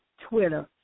Twitter